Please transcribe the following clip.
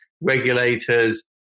regulators